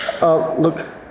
Look